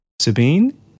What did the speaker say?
Sabine